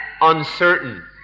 Uncertain